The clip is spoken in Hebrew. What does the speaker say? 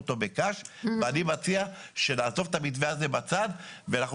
אותו --- ואני מציע שנעזוב את המתווה הזה בצד ואנחנו